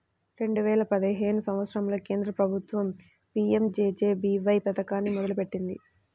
రెండేల పదిహేను సంవత్సరంలో కేంద్ర ప్రభుత్వం పీయంజేజేబీవై పథకాన్ని మొదలుపెట్టింది